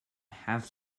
half